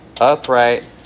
upright